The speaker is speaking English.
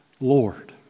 Lord